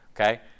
okay